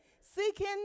Seeking